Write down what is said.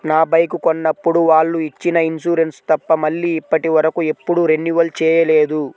నా బైకు కొన్నప్పుడు వాళ్ళు ఇచ్చిన ఇన్సూరెన్సు తప్ప మళ్ళీ ఇప్పటివరకు ఎప్పుడూ రెన్యువల్ చేయలేదు